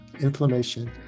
inflammation